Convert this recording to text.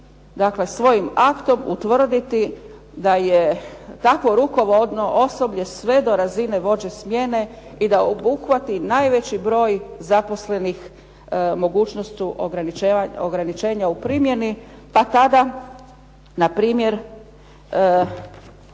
može svojim aktom utvrditi da je takvo rukovodno osoblje sve do razine vođe smjene i da uhvati najveći broj zaposlenih, mogućnost ograničenja u primjeni, pa tada na primjer